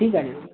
ঠিক আছে